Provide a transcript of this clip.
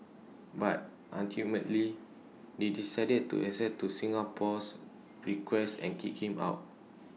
but ultimately they decided to accede to Singapore's request and kick him out